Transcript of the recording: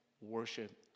worship